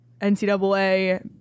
NCAA